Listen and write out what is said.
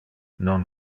non